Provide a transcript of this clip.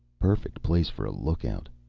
perfect place for a lookout.